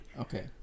Okay